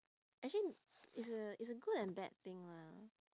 actually it's a it's a good and bad thing lah